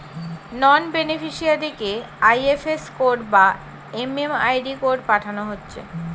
নন বেনিফিসিয়ারিকে IFS code বা MMID code পাঠানা হচ্ছে